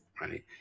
right